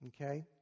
okay